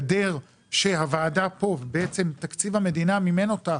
גדר שהוועדה פה ובעצם תקציב המדינה מימן אותה,